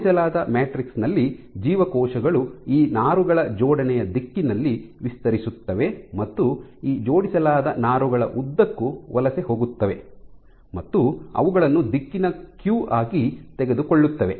ಜೋಡಿಸಲಾದ ಮ್ಯಾಟ್ರಿಕ್ಸ್ ನಲ್ಲಿ ಜೀವಕೋಶಗಳು ಈ ನಾರುಗಳ ಜೋಡಣೆಯ ದಿಕ್ಕಿನಲ್ಲಿ ವಿಸ್ತರಿಸುತ್ತವೆ ಮತ್ತು ಈ ಜೋಡಿಸಲಾದ ನಾರುಗಳ ಉದ್ದಕ್ಕೂ ವಲಸೆ ಹೋಗುತ್ತವೆ ಮತ್ತು ಅವುಗಳನ್ನು ದಿಕ್ಕಿನ ಕ್ಯೂ ಆಗಿ ತೆಗೆದುಕೊಳ್ಳುತ್ತವೆ